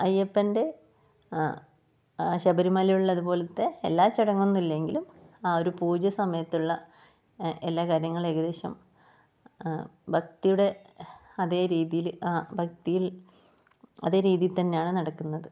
അയ്യപ്പൻ്റെ ശബരിമല ഉള്ളതുപോലത്തെ എല്ലാ ചടങ്ങും ഒന്നുമില്ലെങ്കിലും ആ ഒരു പൂജ സമയത്തുള്ള എല്ലാ കാര്യങ്ങളും ഏകദേശം ഭക്തിയുടെ അതേ രീതിയിൽ ആ ഭക്തിയിൽ അതേ രീതിയിൽ തന്നെയാണ് നടക്കുന്നത്